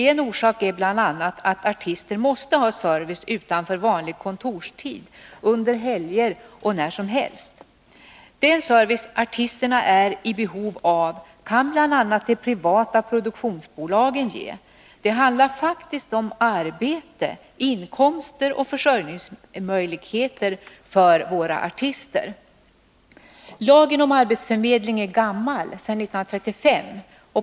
En orsak är att artister måste ha service utanför vanlig kontorstid, under helger och när som helst. Den service artisterna är i behov av kan bl.a. de privata produktionsbolagen ge. Det handlar faktiskt om arbete, inkomster och försörjningsmöjligheter för våra artister. Lagen om arbetsförmedling är gammal — sedan 1935.